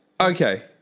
Okay